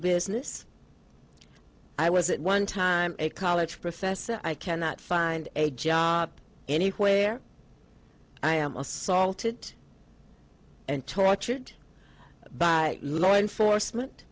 business i was at one time a college professor i cannot find a job anywhere i am assaulted and tortured by law enforcement